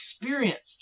experienced